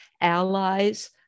allies